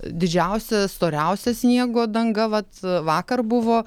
didžiausia storiausia sniego danga vat vakar buvo